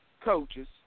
coaches